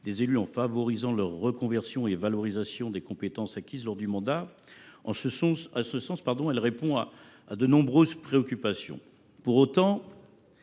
des élus en favorisant leur reconversion et en valorisant les compétences acquises lors de leur mandat. En ce sens, elle répond à de nombreuses préoccupations. Pour autant,